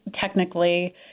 technically